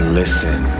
listen